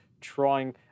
trying